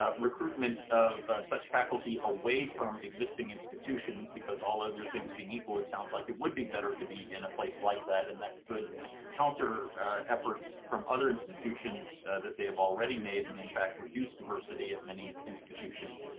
recruitment of such faculty away from existing institutions, because all other things being equal it seems like it would be better to be in a place like that, and and that could counter efforts from other institutions, that they have already made, and in fact reduce diversity at many institutions.